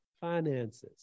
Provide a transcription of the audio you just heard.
finances